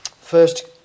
First